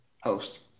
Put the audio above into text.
host